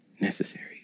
necessary